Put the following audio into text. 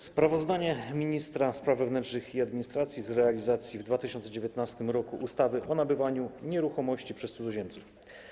Sprawozdanie ministra spraw wewnętrznych i administracji z realizacji w 2019 r. ustawy o nabywaniu nieruchomości przez cudzoziemców.